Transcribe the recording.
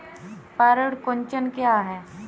पर्ण कुंचन क्या है?